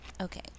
Okay